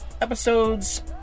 Episodes